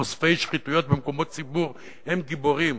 חושפי שחיתויות במקומות ציבור הם גיבורים.